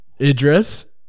idris